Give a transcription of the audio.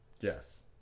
yes